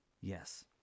Yes